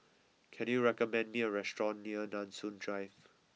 can you recommend me a restaurant near Nanson Drive